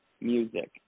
music